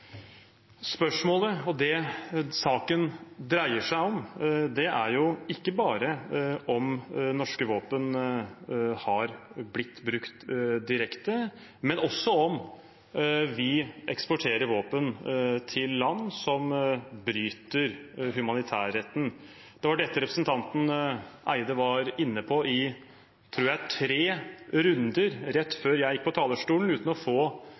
Spørsmålet og det saken dreier seg om, er ikke bare om norske våpen har blitt brukt direkte, men også om vi eksporterer våpen til land som bryter humanitærretten. Det var dette representanten Eide var inne på – i tre runder, tror jeg det var – rett før jeg gikk på talerstolen, uten å få,